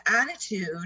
attitude